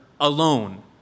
alone